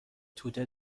توده